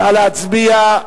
נא להצביע.